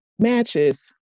matches